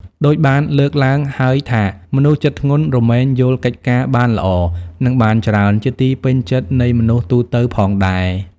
ដូចបានលើកឡើងហើយថា មនុស្សចិត្តធ្ងន់រមែងយល់កិច្ចការបានល្អ និងបានច្រើន ជាទីពេញចិត្តនៃមនុស្សទូទៅផងដែរ។